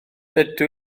dydw